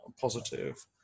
positive